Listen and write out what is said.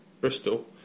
Bristol